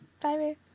bye